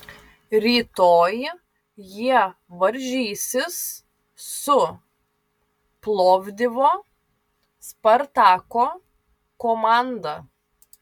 rytoj jie varžysis su plovdivo spartako komanda